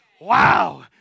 Wow